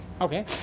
Okay